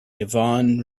yvonne